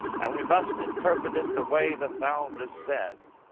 and we must interpret it the way the founders said.